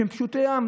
פשוטי העם,